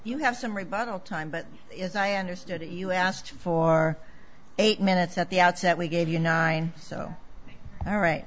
you have some rebuttal time but as i understood it you asked for eight minutes at the outset we gave you nine so all right